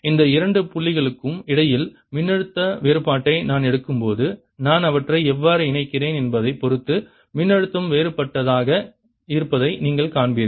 இந்த இரண்டு புள்ளிகளுக்கும் இடையில் மின்னழுத்த வேறுபாட்டை நான் எடுக்கும்போது நான் அவற்றை எவ்வாறு இணைக்கிறேன் என்பதைப் பொறுத்து மின்னழுத்தம் வேறுபட்டதாக இருப்பதை நீங்கள் காண்பீர்கள்